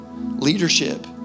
leadership